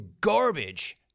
garbage